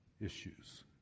issues